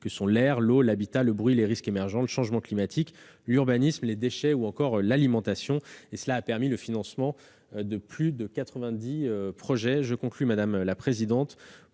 : l'air, l'eau, l'habitat, le bruit, les risques émergents, le changement climatique, l'urbanisme, les déchets et l'alimentation. Il a permis le financement de plus de 90 projets. Pour conclure, ces enjeux